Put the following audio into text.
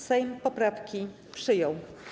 Sejm poprawki przyjął.